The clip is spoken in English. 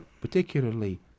Particularly